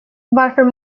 varför